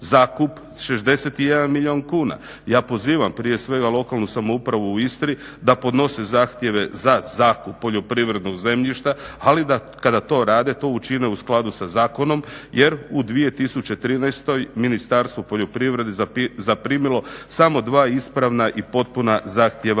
zakup 61 milijun kuna. ja pozivam prije svega lokalnu samoupravu u Istri da podnose zahtjeve za zakup poljoprivrednog zemljišta ali kada to rade to učine u skladu sa zakonom jer u 2013. Ministarstvo poljoprivrede zaprimilo samo dva ispravna i potpuna zahtjeva